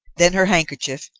then her handkerchief,